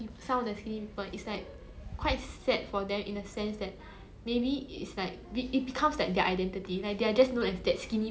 like they are just known as that skinny person or like that skinny person ya that skinny person lah like I can't even think of another word to describe them eh oh my god